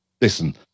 listen